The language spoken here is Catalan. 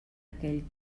aquell